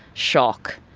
shock,